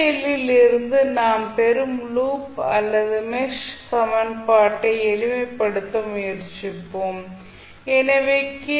எல்லில் இருந்து நாம் பெறும் லூப் அல்லது மெஷ் சமன்பாட்டை எளிமைப்படுத்த முயற்சிப்போம் எனவே கே